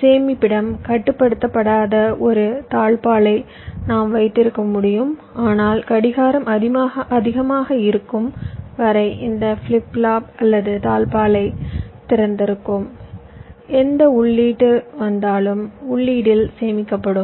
சேமிப்பிடம் கட்டுப்படுத்தப்படாத ஒரு தாழ்ப்பாளை நாம் வைத்திருக்க முடியும் ஆனால் கடிகாரம் அதிகமாக இருக்கும் வரை இந்த ஃபிளிப் ஃப்ளாப் அல்லது தாழ்ப்பாளை திறந்திருக்கும் எந்த உள்ளீட்டு வந்தாலும் உள்ளீட்டில் சேமிக்கப்படும்